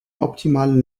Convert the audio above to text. optimalen